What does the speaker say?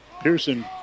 Pearson